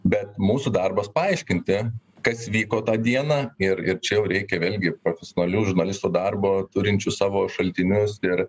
bet mūsų darbas paaiškinti kas vyko tą dieną ir ir čia jau reikia vėlgi profesionalių žurnalistų darbo turinčių savo šaltinius ir